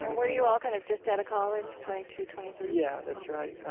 and, were you all kind of just out of college, twenty two, twenty three? yeah. that's right.